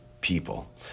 people